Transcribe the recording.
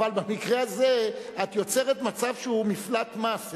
אבל במקרה הזה את יוצרת מצב שהוא מפלט מס.